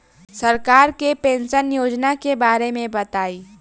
सरकार के पेंशन योजना के बारे में बताईं?